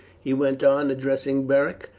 he went on, addressing beric.